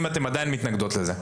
אם אתם עדיין מתנגדות לזה.